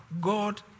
God